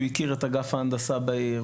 הוא הכיר את אגף ההנדסה בעיר,